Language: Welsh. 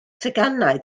teganau